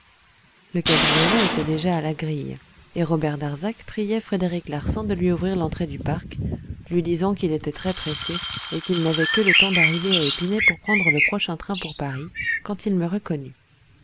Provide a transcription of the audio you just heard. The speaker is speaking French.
le cabriolet était déjà à la grille et robert darzac priait frédéric larsan de lui ouvrir l'entrée du parc lui disant qu'il était très pressé et qu'il n'avait que le temps d'arriver à épinay pour prendre le prochain train pour paris quand il me reconnut